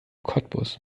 cottbus